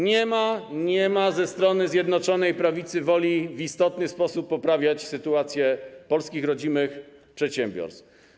Nie ma ze strony Zjednoczonej Prawicy woli, by w istotny sposób poprawiać sytuację polskich, rodzimych przedsiębiorstw.